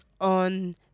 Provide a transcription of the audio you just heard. on